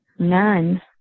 None